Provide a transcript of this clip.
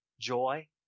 joy